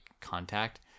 contact